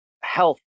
health